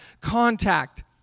contact